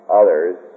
others